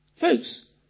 Folks